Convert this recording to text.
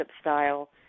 style